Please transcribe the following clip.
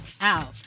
out